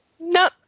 No